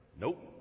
Nope